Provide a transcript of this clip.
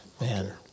Man